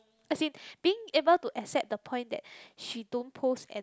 as in being able to accept the point that she don't post an